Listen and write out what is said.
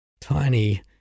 tiny